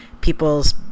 people's